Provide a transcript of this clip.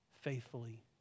faithfully